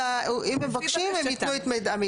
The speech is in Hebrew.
אלא אם מבקשים הם ייתנו את המידע.